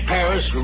Paris